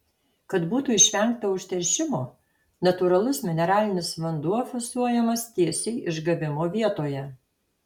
kad būtų išvengta užteršimo natūralus mineralinis vanduo fasuojamas tiesiai išgavimo vietoje